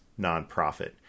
nonprofit